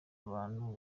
abantu